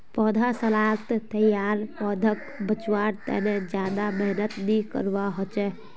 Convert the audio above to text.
पौधसालात तैयार पौधाक बच्वार तने ज्यादा मेहनत नि करवा होचे